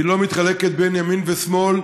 היא לא מתחלקת בין ימין ושמאל,